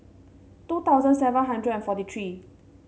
two thousand seven hundred and forty three